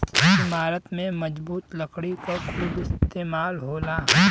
इमारत में मजबूत लकड़ी क खूब इस्तेमाल होला